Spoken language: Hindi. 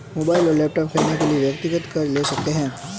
मोबाइल और लैपटॉप खरीदने के लिए व्यक्तिगत कर्ज ले सकते है